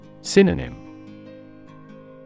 Synonym